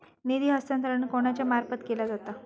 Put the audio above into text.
निधी हस्तांतरण कोणाच्या मार्फत केला जाता?